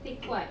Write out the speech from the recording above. take what